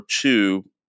two